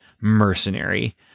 mercenary